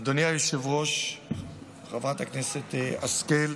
אדוני היושב-ראש, חברת הכנסת השכל,